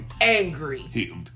angry